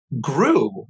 grew